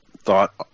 thought